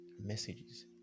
messages